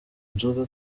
nzoga